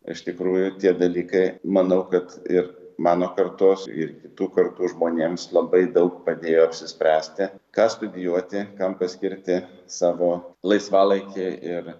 iš tikrųjų tie dalykai manau kad ir mano kartos ir kitų kartų žmonėms labai daug padėjo apsispręsti ką studijuoti kam skirti savo laisvalaikį ir